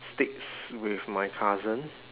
sticks with my cousin